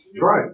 Right